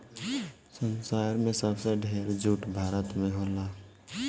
संसार में सबसे ढेर जूट भारत में होला